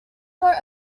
wrote